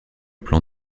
plan